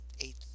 eight